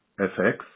FX